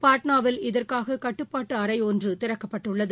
பாட்னாவில் இதற்காககட்டுப்பாட்டுஅறைபொன்றுதிறக்கப்பட்டுள்ளது